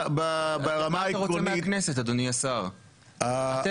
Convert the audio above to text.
ברמה העקרונית --- מה אתה רוצה מהכנסת,